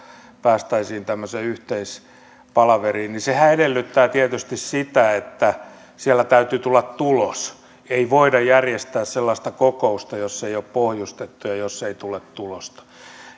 päästäisiin yhteispalaveriin sehän edellyttää tietysti sitä että sieltä täytyy tulla tulos ei voida järjestää sellaista kokousta jota ei ole pohjustettu ja josta ei tule tulosta